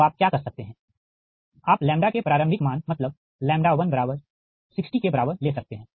तो आप क्या कर सकते हैं आप लैम्ब्डा के प्रारंभिक मान मतलब 60 के बराबर ले सकते है